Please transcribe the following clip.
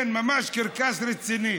כן, ממש, קרקס רציני.